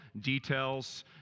details